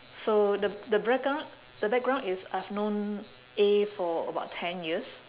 so the the background the background is I've known A for about ten years